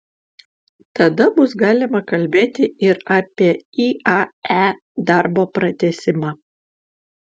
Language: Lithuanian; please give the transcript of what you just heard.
tada bus galima kalbėti ir apie iae darbo pratęsimą